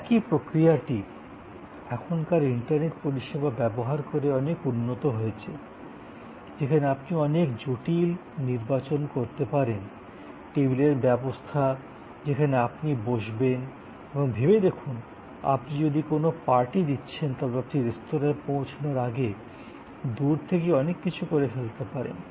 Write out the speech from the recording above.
সেই একই প্রক্রিয়াটি এখনকার ইন্টারনেট পরিষেবা ব্যবহার করে অনেক উন্নত হয়েছে যেখানে আপনি অনেক জটিল নির্বাচন করতে পারেন টেবিলের ব্যবস্থা যেখানে আপনি বসবেন এবং ভেবে দেখুন আপনি যদি কোনও পার্টি দিচ্ছেন তবে আপনি রেস্তোঁরায় পৌঁছানোর আগে দূর থেকেই অনেক কিছু করে ফেলতে পারেন